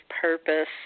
purpose